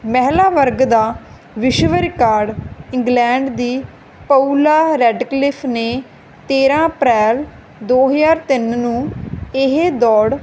ਮਹਿਲਾ ਵਰਗ ਦਾ ਵਿਸ਼ਵ ਰਿਕਾਰਡ ਇੰਗਲੈਂਡ ਦੀ ਪਉਲਾ ਰੈਡਕਲਿਫ ਨੇ ਤੇਰ੍ਹਾਂ ਅਪ੍ਰੈਲ ਦੋ ਹਜ਼ਾਰ ਤਿੰਨ ਨੂੰ ਇਹ ਦੌੜ